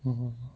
oh